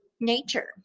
nature